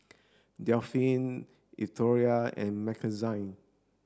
Daphne Eldora and Mackenzie